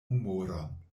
humoron